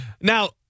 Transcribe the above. Now